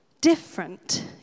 Different